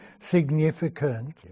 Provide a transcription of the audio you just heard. significant